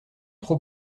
trop